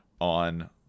on